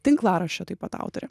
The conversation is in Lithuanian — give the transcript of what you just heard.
tinklaraščio taip pat autorė